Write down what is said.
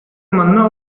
манна